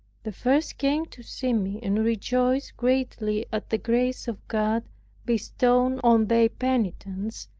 the first came to see me, and rejoiced greatly at the grace of god bestowed on their penitents,